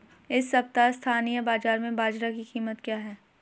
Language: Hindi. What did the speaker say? इस सप्ताह स्थानीय बाज़ार में बाजरा की कीमत क्या है?